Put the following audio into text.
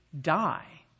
die